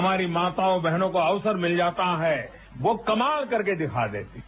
हमारी माता बहनों को अवसर मिल जाता है वो कमाल करके दिखा देती हैं